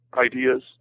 ideas